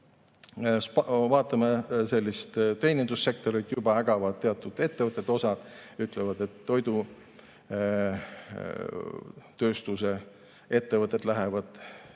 Vaatame teenindussektorit, juba ägavad teatud ettevõtted, ütlevad, et toidutööstuse ettevõtted lähevad